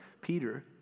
Peter